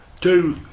two